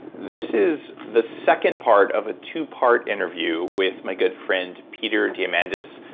this is the second part of a two-part interview with my good friend peter diamandis,